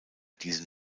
diesen